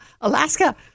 alaska